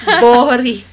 boring